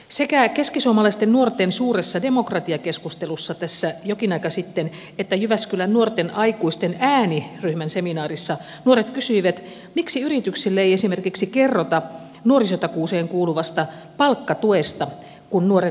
sekä keskisuomalaisten nuorten suuressa demokratiakeskustelussa tässä jokin aika sitten että jyväskylän nuorten aikuisten ääni ryhmän seminaarissa nuoret kysyivät miksi yrityksille ei esimerkiksi kerrota nuorisotakuuseen kuuluvasta palkkatuesta kun nuoren työllistää